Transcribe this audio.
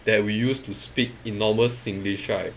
that we use to speak in normal singlish right